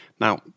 Now